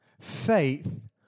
faith